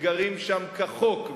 שגרים שם כחוק,